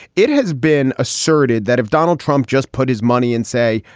it has been asserted that if donald trump just put his money in, say,